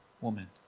woman